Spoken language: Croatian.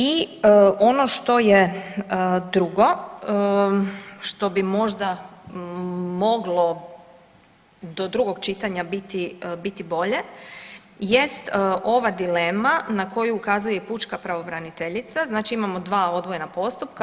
I ono što je drugo, što bi možda moglo do drugog čitanja biti, biti bolje jest ova dilema na koju ukazuje i pučka pravobraniteljica, znači imamo dva odvojena postupka.